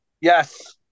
Yes